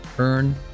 earn